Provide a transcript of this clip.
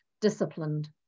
disciplined